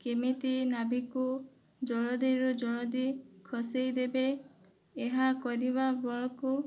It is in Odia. କେମିତି ନାଭିକୁ ଜଲ୍ଦିରୁ ଜଲ୍ଦି ଖସାଇଦେବେ ଏହା କରିବା ବେଳକୁ